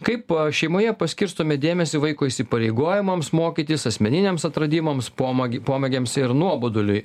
kaip šeimoje paskirstome dėmesį vaiko įsipareigojimams mokytis asmeniniams atradimams pomėgį pomėgiams ir nuoboduliui